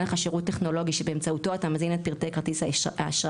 לך שירות טכנולוגי שבאמצעותו אתה מזין את פרטי כרטיס האשראי,